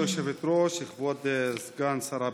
כבוד היושבת-ראש, כבוד סגן שר הבריאות,